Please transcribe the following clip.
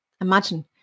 Imagine